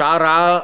בשעה רעה,